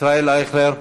ישראל אייכלר,